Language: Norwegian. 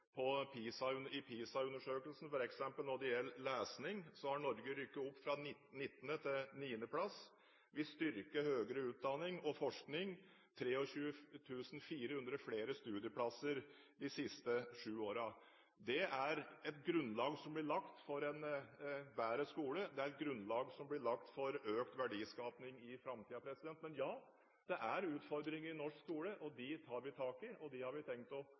mer, flere fullfører og består. I Pisa-undersøkelsen når det gjelder lesing, har Norge rykket opp fra 19. plass til 9. plass. Vi styrker høyere utdanning og forskning – 23 400 flere studieplasser de siste årene. Det er et grunnlag som blir lagt for en bedre skole. Det er et grunnlag som blir lagt for økt verdiskaping i framtiden. Men, ja, det er utfordringer i norsk skole. De tar vi tak i, og de har vi tenkt